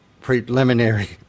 preliminary